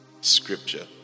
scripture